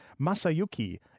Masayuki